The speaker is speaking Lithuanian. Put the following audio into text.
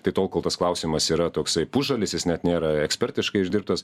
tai tol kol tas klausimas yra toksai pusžalis jis net nėra ekspertiškai išdirbtas